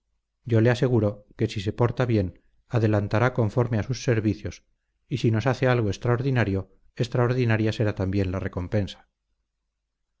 yo le aseguro que si se porta bien adelantará conforme a sus servicios y si nos hace algo extraordinario extraordinaria será también la recompensa